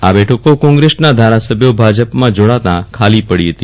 આ બેઠકો કોગ્રેશ નાં ધારાસભ્યો ભાજપ માં જોડાતા ખાલી પડી છે